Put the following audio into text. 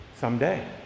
someday